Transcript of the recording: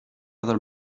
other